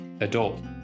adult